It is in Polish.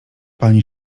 pani